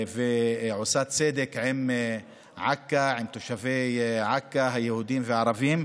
ועושה צדק עם תושבי עכו היהודים והערבים,